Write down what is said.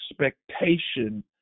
expectation